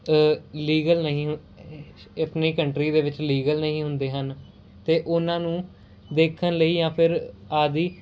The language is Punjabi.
ਲੀਗਲ ਨਹੀਂ ਆਪਣੀ ਕੰਟਰੀ ਦੇ ਵਿੱਚ ਲੀਗਲ ਨਹੀਂ ਹੁੰਦੇ ਹਨ ਅਤੇ ਉਹਨਾਂ ਨੂੰ ਦੇਖਣ ਲਈ ਜਾਂ ਫਿਰ ਆਦਿ